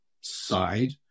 side